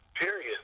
Period